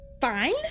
Fine